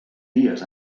dies